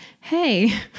Hey